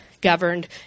governed